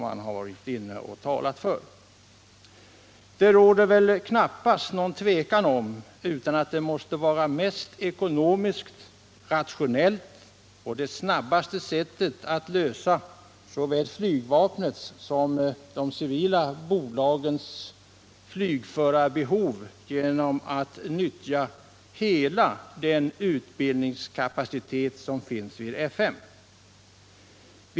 Han talade om Nyge-Aero. Det råder väl knappast något tvivel om att det mest ekonomiska och rationella och det snabbaste sättet att tillgodose såväl flygvapnets som de civila bolagens flygförarbehov måste vara att nyttja hela den utbildningskapacitet som finns vid F 5.